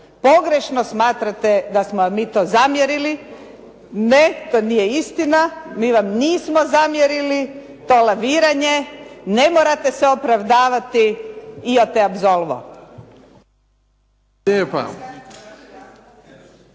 Pogrešno smatrate da smo vam mi to zamjerili. Ne, to nije istina. Mi vam nismo zamjerili to laviranje, ne morate se opravdavati. Io te absolvo.